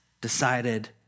decided